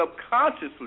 subconsciously